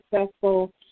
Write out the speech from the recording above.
successful